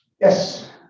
Yes